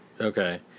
Okay